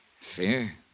Fear